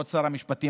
כבוד שר המשפטים,